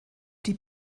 die